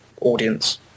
audience